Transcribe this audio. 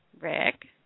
Rick